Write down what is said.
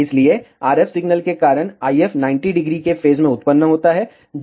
इसलिए RF signal के कारण IF 90° के फेज में उत्पन्न होता है